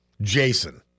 Jason